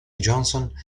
johnson